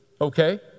Okay